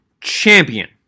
champion